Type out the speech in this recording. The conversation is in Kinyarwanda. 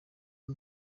n’u